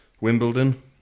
Wimbledon